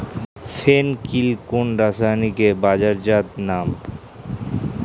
ফেন কিল কোন রাসায়নিকের বাজারজাত নাম?